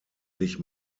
sich